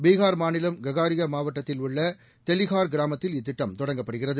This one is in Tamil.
பீகார் மாநிலம் ககாரியா மாவட்டத்தில் உள்ள டெலிஹார் கிராமத்தில் இத்திட்டம் தொடங்கப்படுகிறது